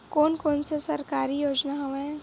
कोन कोन से सरकारी योजना हवय?